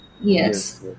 Yes